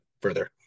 further